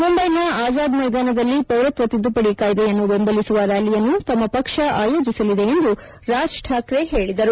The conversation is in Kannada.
ಮುಂಬೈನ ಆಜಾದ್ ಮೈದಾನದಲ್ಲಿ ಪೌರತ್ವ ತಿದ್ದುಪದಿ ಕಾಯ್ದೆಯನ್ನು ಬೆಂಬಲಿಸುವ ರ್ಯಾಲಿಯನ್ನು ತಮ್ಮ ಪಕ್ಷ ಆಯೋಜಿಸಲಿದೆ ಎಂದು ರಾಜ್ರಾಖ್ರೆ ಹೇಳಿದರು